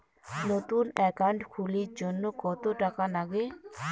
নতুন একাউন্ট খুলির জন্যে কত টাকা নাগে?